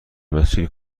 مسیر